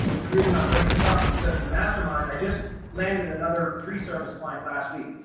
the reason i'm bringing this up is because in the mastermind i just landed another tree service client last week,